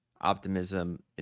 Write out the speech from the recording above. Optimism